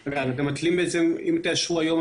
אם תאשרו היום,